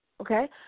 okay